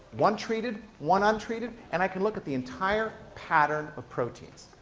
one treated, one untreated, and i can look at the entire pattern of proteins.